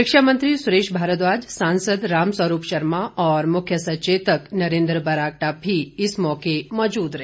शिक्षा मंत्री सुरेश भारद्वाज सांसद रामस्वरूप शर्मा और मुख्य सचेतक नरेंद्र बरागटा भी इस मौके मौजूद रहे